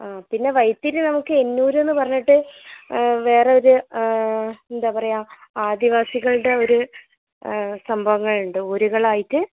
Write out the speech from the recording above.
ആ പിന്നെ വൈത്തിരി നമുക്ക് എണ്ണൂര് എന്നു പറഞ്ഞിട്ട് വേറൊരു എന്താ പറയുക ആദിവാസികളുടെ ഒരു സംഭവങ്ങൾ ഉണ്ട് ഊരുകളായിട്ട്